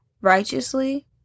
righteously